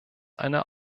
eine